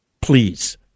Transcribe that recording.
please